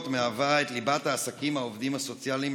מהווה את ליבת העסקת העובדים הסוציאליים,